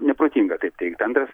neprotinga taip teigt antras